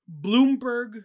Bloomberg